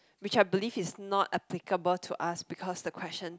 which I believe is not applicable to us because the question